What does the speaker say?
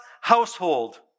household